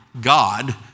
God